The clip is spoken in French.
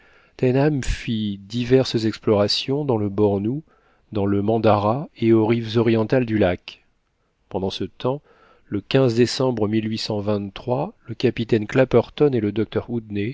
fit diverses explorations dans le bornou dans le mandara et aux rives orientales du lac pendant ce temps le décembre le capitaine clapperton et le docteur